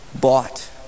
Bought